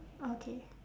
okay